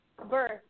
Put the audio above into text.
Birth